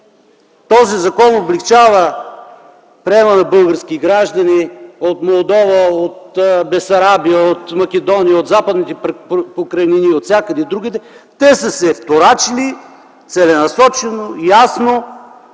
този закон облекчава приема на български граждани от Молдова, от Бесарабия, от Македония, от Западните покрайнини и отвсякъде другаде. Те са се вторачили целенасочено и ясно